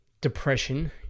depression